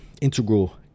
integral